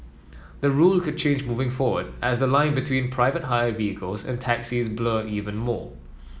the rule could change moving forward as the line between private hire vehicles and taxis blur even more